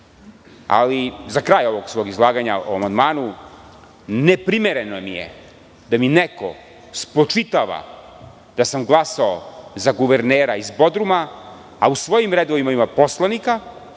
Ali, za kraj ovog svog izlaganja o amandmanu, neprimereno mi je da mi neko spočitava da sam glasao za guvernera iz Bodruma, a u svojim redovima ima poslanika